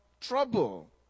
trouble